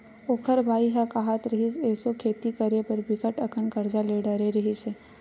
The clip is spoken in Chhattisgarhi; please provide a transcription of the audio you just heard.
ओखर बाई ह काहत रिहिस, एसो खेती करे बर बिकट अकन करजा ले डरे रिहिस हे